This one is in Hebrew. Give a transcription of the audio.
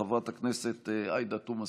חברת הכנסת עאידה תומא סלימאן,